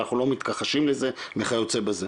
אנחנו לא מתכחשים לזה וכיוצא בזה,